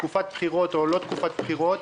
תקופת בחירות או לא תקופת בחירות,